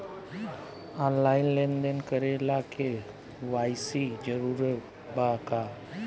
Online लेन देन करे ला के.वाइ.सी जरूरी बा का?